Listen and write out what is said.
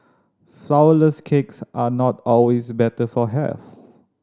flourless cakes are not always better for health